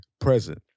present